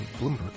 Bloomberg